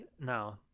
No